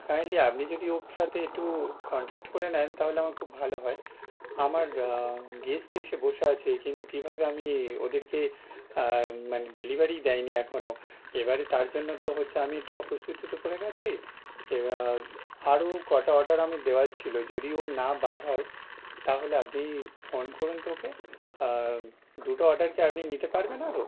kindly আপনি যদি ওর ক সাথে একটু কনট্যাক্ট করে নেন তাহলে আমার খুব ভালো হয় আমার গেস্ট এসে বসে আছে কিন্তু কীভাবে আমি ওদেরকে মানে ডেলিভারিই দেয়নি এখনও এবারে তার জন্য তো হচ্ছে আমি একটু অপ্রস্তুতে পড়ে গিয়েছি এরা আরও কটা অর্ডার আমি দেওয়ার ছিল যদি ও না বের হয় তাহলে আপনি ফোন করুন তো ওকে দুটো অর্ডার কি আপনি নিতে পারবেন আরও